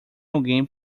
alguém